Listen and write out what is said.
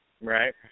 Right